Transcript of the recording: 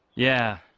yeah,